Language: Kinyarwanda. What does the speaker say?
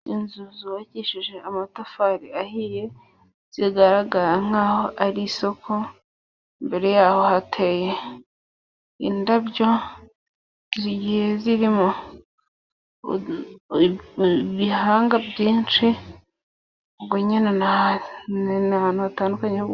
Inzu zubakishije amatafari ahiye ,zigaragara nk'aho ari isoko, imbere y'aho hateye indabo zigiye zirimo ,ibihanga byinshi ,ubwo nyine ni ahantu hatandukanye..